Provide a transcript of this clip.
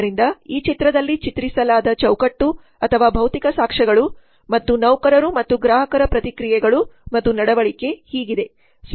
ಆದ್ದರಿಂದ ಈ ಚಿತ್ರದಲ್ಲಿ ಚಿತ್ರಿಸಲಾದ ಚೌಕಟ್ಟು ಅಥವಾ ಭೌತಿಕ ಸಾಕ್ಷ್ಯಗಳು ಮತ್ತು ನೌಕರರು ಮತ್ತು ಗ್ರಾಹಕರ ಪ್ರತಿಕ್ರಿಯೆಗಳು ಮತ್ತು ನಡವಳಿಕೆ ಹೀಗಿದೆ